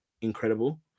incredible